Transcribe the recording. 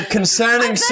Concerning